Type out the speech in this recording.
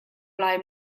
lai